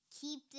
keep